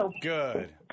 Good